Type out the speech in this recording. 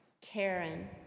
Karen